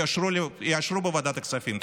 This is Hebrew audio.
יאושרו בוועדת הכספים.